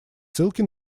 ссылки